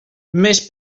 més